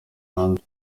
hanze